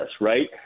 right